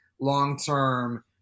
long-term